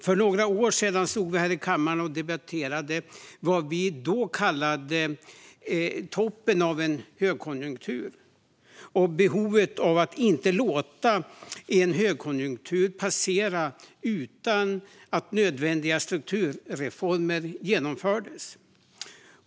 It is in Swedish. För några år sedan stod vi här i kammaren och debatterade vad vi då kallade toppen av en högkonjunktur och behovet av att inte låta en högkonjunktur passera utan att nödvändiga strukturreformer genomfördes.